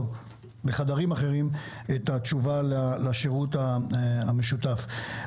בחדרים אחרים את התשובה לשירות המשותף.